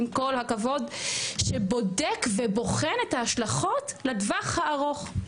כי עם כל הכבוד שבודק ובוחן את ההשלכות לטווח הארוך.